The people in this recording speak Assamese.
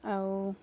আৰু